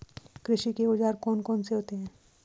कृषि के औजार कौन कौन से होते हैं?